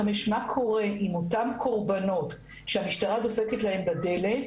מה קורה עם אותן קורבנות שהמשטרה דופקת להם בדלת